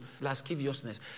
lasciviousness